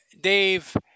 Dave